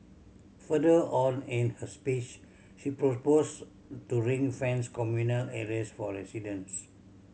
further on in her speech she proposed to ring fence communal areas for residents